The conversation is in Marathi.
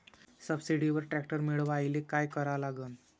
सबसिडीवर ट्रॅक्टर मिळवायले का करा लागन?